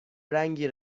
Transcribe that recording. رنگی